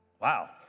wow